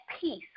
peace